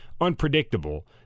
unpredictable